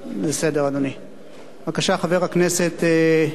בבקשה, חבר הכנסת יעקב כץ, שלוש דקות לרשותך.